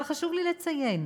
אבל חשוב לי לציין